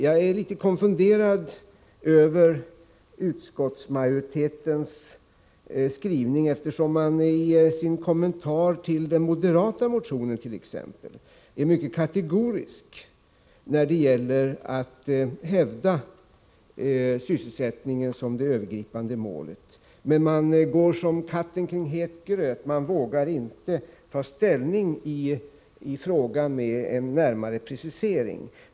Jag är litet konfunderad över utskottsmajoritetens skrivning, eftersom man t.ex. i sin kommentar till den moderata motionen är mycket kategorisk när det gäller att hävda sysselsättningen som det övergripande målet. Men man går som katten kring het gröt, man vågar inte ta ställning i frågan med en närmare precisering.